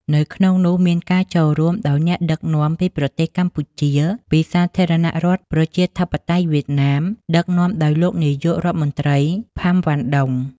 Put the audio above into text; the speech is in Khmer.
នៅក្នុងនោះមានការចូលរួមដោយអ្នក ដឹកនាំពីប្រទេសកម្ពុជា ពីសាធារណរដ្ឋប្រជាធិបតេយ្យវៀតណាម ដឹកនាំដោយលោកនាយក រដ្ឋមន្រ្តី ផាំ វ៉ាន់ ដុង។